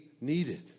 needed